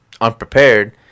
unprepared